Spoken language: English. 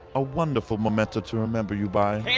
a wonderful memento to remember you by.